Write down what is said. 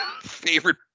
favorite